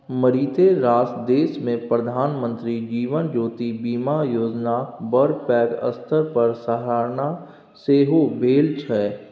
मारिते रास देशमे प्रधानमंत्री जीवन ज्योति बीमा योजनाक बड़ पैघ स्तर पर सराहना सेहो भेल छै